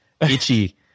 itchy